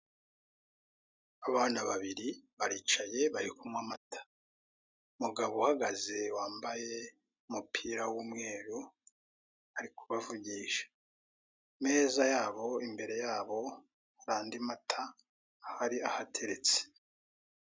Abana babiri baricaye bari kunywa amata. Umugabo uhagaze wambaye umupira w'umweru, ari kubavugisha ku meza yabo imbere yabo hari andi mata ahari ahateretse.